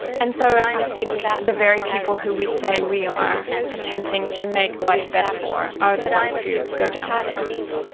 and so i think the very people who we say we are attempting to make life better for are the ones who go down first.